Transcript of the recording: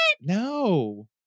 no